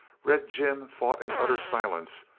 red jim fought in utter silence,